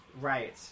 Right